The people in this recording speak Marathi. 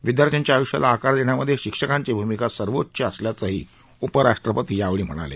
विद्यार्थ्यांच्या आयुष्याला आकार देण्यामधे शिक्षकांची भूमिका सर्वोच्च असल्याचं उपराष्ट्रपती यावेळी म्हणाले